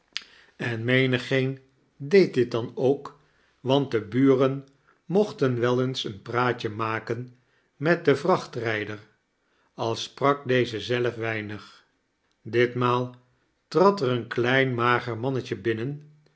en menigeen deed dit dan ook want de buren mochten wel eens een praatje maken met den vrachtrijder al sprak deze zelf weinig ditmaal trad er een kleiin mager mannetje binnen